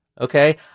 Okay